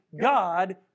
God